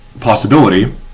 possibility